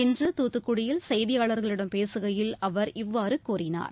இன்று தூத்துக்குடியில் செய்தியாளர்களிடம் பேசுகையில் அவர் இவ்வாறு கூறினார்